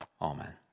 Amen